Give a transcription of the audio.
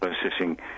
processing